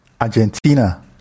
argentina